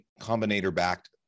Combinator-backed